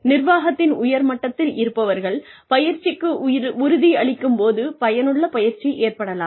நிர்வாகத்தின் உயர் மட்டத்தில் இருப்பவர்கள் பயிற்சிக்கு உறுதியளிக்கும் போது பயனுள்ள பயிற்சி ஏற்படலாம்